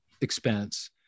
expense